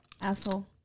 Asshole